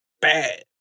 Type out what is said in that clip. bad